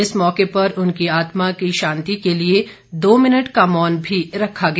इस मौके पर उनकी आत्मा की शांति के लिए दो मिनट का मौन भी रखा गया